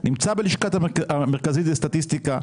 וזה קיים בלשכה המרכזית לסטטיסטיקה,